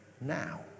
now